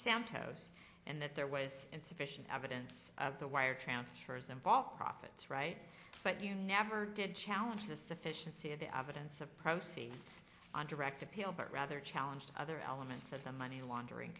santos and that there was insufficient evidence of the wire transfers involved profits right but you never did challenge the sufficiency of the evidence of proceeds on direct appeal but rather a challenge to other elements of the money laundering